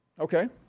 Okay